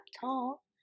tall